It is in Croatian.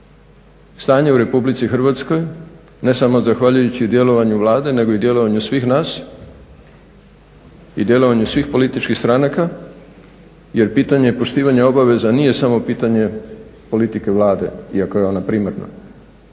Stanje u Republici Hrvatskoj ne samo zahvaljujući djelovanju Vlade nego i djelovanju svih nas i djelovanju svih političkih stranaka, jer pitanje poštivanja obaveza nije samo pitanje politike Vlade iako je ona primarna,